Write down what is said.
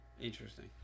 Interesting